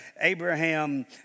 Abraham